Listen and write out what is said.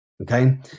Okay